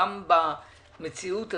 גם במציאות הזאת,